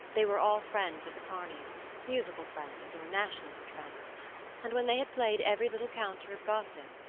they were all friends of the kearneys musical friends or nationalist friends and, when they had played every little counter of gossip,